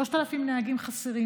3,000 נהגים חסרים.